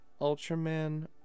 Ultraman